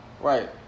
right